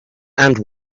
and